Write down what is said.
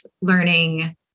learning